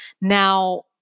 Now